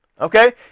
Okay